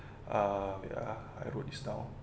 uh ya I wrote this down